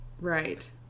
Right